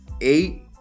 eight